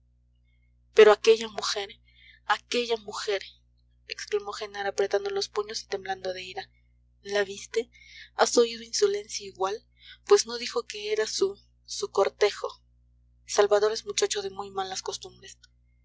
pero aquella mujer aquella mujer exclamó genara apretando los puños y temblando de ira la viste has oído insolencia igual pues no dijo que era su su cortejo salvador es muchacho de muy malas costumbres